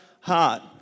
heart